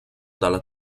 dalla